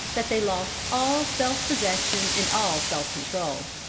that they lost all self-possession and all self-control.